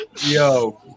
Yo